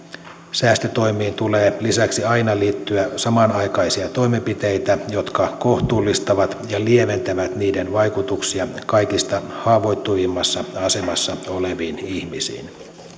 säästötoimiin tulee lisäksi aina liittyä samanaikaisia toimenpiteitä jotka kohtuullistavat ja lieventävät niiden vaikutuksia kaikista haavoittuvimmassa asemassa oleviin ihmisiin